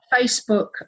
facebook